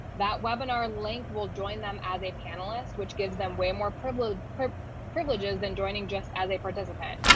that webinar link will join them as a panelist which gives them way more privileged privileges than joining just as a participant.